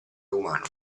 umano